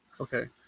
Okay